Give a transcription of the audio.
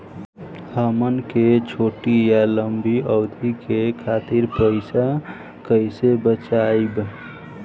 हमन के छोटी या लंबी अवधि के खातिर पैसा कैसे बचाइब?